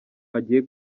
agiye